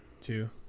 two